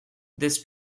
this